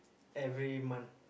every month